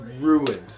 ruined